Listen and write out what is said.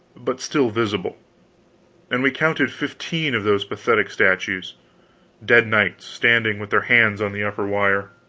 but still visible and we counted fifteen of those pathetic statues dead knights standing with their hands on the upper wire.